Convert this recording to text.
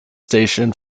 station